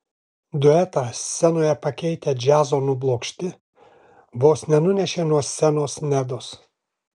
duetą scenoje pakeitę džiazo nublokšti vos nenunešė nuo scenos nedos